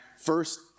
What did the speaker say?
first